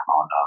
on